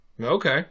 Okay